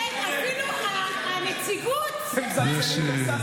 אפילו הנציגות היא משהו סמלי.